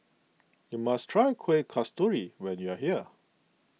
you must try Kueh Kasturi when you are here